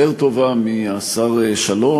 היא יותר טובה מהשר שלום,